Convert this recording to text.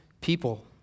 people